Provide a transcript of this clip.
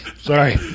Sorry